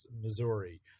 Missouri